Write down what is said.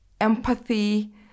empathy